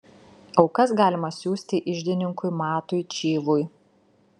aukas galima siųsti iždininkui matui čyvui